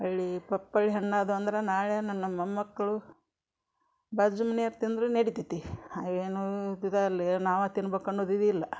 ಹೊಳ್ಳಿ ಪಪ್ಪಳ್ಳಿ ಹಣ್ಣು ಆದ್ವು ಅಂದ್ರೆ ನಾಳೆ ನನ್ನ ಮೊಮ್ಮಕ್ಕಳು ಬಾಜು ಮನಿಯರು ತಿಂದ್ರೆ ನಡೀತೈತಿ ಹಾಗೇನೂ ಇದಲ್ಲೇಯಾ ನಾವೇ ತಿನ್ಬೇಕ್ ಅನ್ನೋದು ಇದಿಲ್ಲ